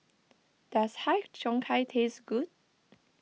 does Har Cheong Gai taste good